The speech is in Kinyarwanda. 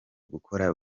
gukora